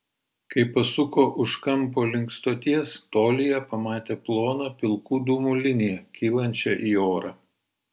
kai pasuko už kampo link stoties tolyje pamatė ploną pilkų dūmų liniją kylančią į orą